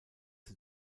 sie